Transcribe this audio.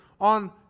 On